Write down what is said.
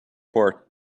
port